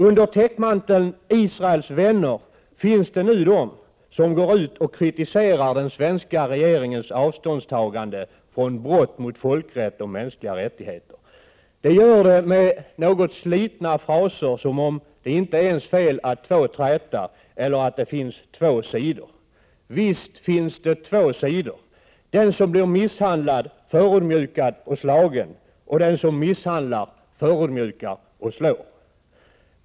Under täckmanteln ”Israels vänner” finns det nu personer som går ut och kritiserar den svenska regeringens avståndstagande från brott mot folkrätt och mänskliga rättigheter. De gör det med något slitna fraser som att det inte är ens fel att två träter eller att det finns två sidor. Visst finns det två sidor: Den som blir misshandlad, förödmjukad och slagen. Och den som misshandlar, förödmjukar och slår.